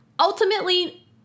Ultimately